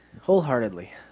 wholeheartedly